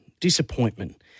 disappointment